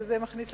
וגם זה מכניס את